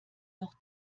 noch